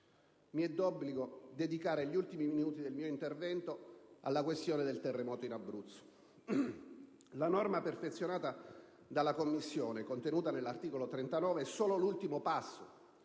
Mi è d'obbligo dedicare gli ultimi minuti del mio intervento alla questione del terremoto in Abruzzo. La norma perfezionata dalla Commissione, contenuta nell'articolo 39, è solo l'ultimo passo